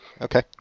okay